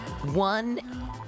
One